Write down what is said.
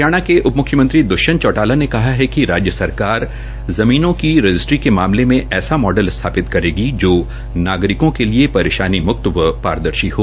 हरियाणा के उपमुख्यमंत्री दृष्यंत चौटाला ने कहा कि राज्य सरकार जमीनों की रजिस्ट्री के मामले में ऐसा मॉडल स्थापित करेगी जो नागरिकों के लिए परेशानीमुक्त व पारदर्शी हो